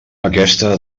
aquesta